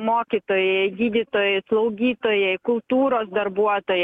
mokytojai gydytojai slaugytojai kultūros darbuotojai